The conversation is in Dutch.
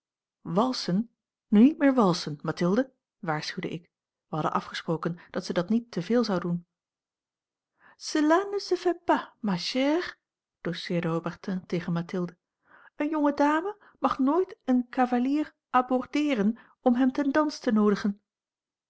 walsen nu niet meer walsen mathilde waarschuwde ik wij hadden afgesproken dat zij dat niet te veel zou doen a l g bosboom-toussaint langs een omweg cela ne se fait pas ma chère doceerde haubertin tegen mathilde eene jonge dame mag nooit een cavalier abordeeren om hem ten dans te noodigen